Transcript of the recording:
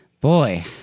Boy